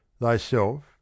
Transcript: THYSELF